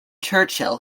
churchill